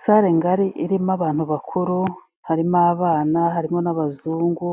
Sale ngari irimo abantu bakuru, harimo abana, harimo n'abazungu,